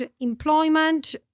employment